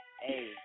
Hey